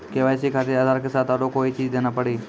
KYC खातिर आधार के साथ औरों कोई चीज देना पड़ी?